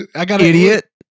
Idiot